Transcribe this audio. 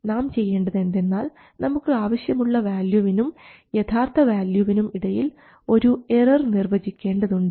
നാം ചെയ്യേണ്ടത് എന്തെന്നാൽ നമുക്ക് ആവശ്യമുള്ള വാല്യുവിനും യഥാർത്ഥത്തിലുള്ള വാല്യുവിനും ഇടയിൽ ഒരു എറർ നിർവ്വചിക്കേണ്ടതുണ്ട്